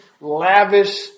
lavish